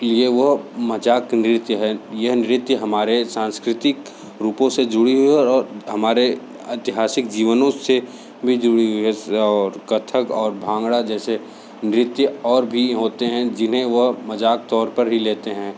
ये वह मज़ाक नृत्य हैं यह नृत्य हमारे सांस्कृतिक रूपों से जुड़ी हुई है और हमारे ऐतिहासिक जीवनों से भी जुड़ी हुई है और कथक और भांगड़ा जैसे नृत्य और भी होते हैं जिन्हें वह मज़ाक तौर पर ही लेते हैं